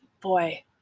boy